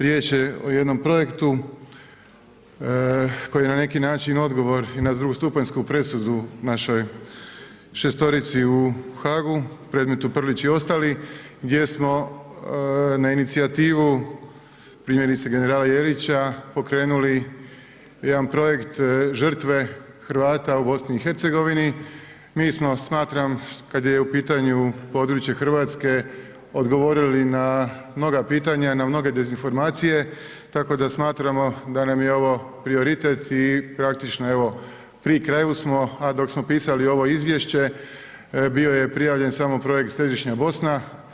Riječ je o jednom projektu koji je na neki način i odgovor na drugostupanjsku presudu našoj šestorici u Hagu predmetu Prlić i ostali gdje smo na inicijativu primjerice generala Jelića pokrenuli jedan Projekt Žrtve Hrvata u BiH, mi smo smatram kad je u pitanju područje Hrvatske odgovorili na mnoga pitanja na mnoge dezinformacije tako da smatramo da nam je ovo prioritet i praktično evo pri kraju smo, a dok smo pisali ovo izvješće bio je prijavljen samo Projekt Središnja Bosna.